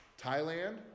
Thailand